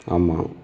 ஆமாம்